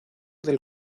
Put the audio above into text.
del